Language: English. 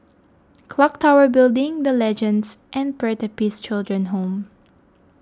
Clock Tower Building the Legends and Pertapis Children Home